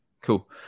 cool